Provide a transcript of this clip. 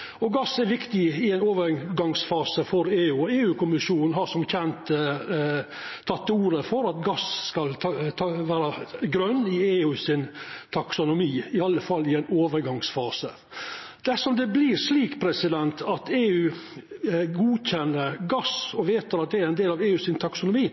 mykje gass i dei delane av Barentshavet. Gass er viktig i ein overgangsfase for EU. EU-kommisjonen har som kjent teke til orde for at gass skal vera grøn i EU sin taksonomi, i alle fall i ein overgangsfase. Dersom det vert slik at EU godkjenner gass og vedtek at det er ein del av EUs taksonomi